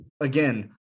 again